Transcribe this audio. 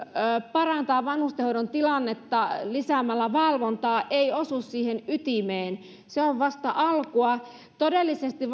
parantaa vanhustenhoidon tilannetta lisäämällä valvontaa ei osu siihen ytimeen se on vasta alkua todellisesti